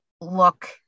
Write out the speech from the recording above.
look